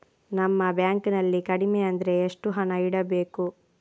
ನಮ್ಮ ಬ್ಯಾಂಕ್ ನಲ್ಲಿ ಕಡಿಮೆ ಅಂದ್ರೆ ಎಷ್ಟು ಹಣ ಇಡಬೇಕು?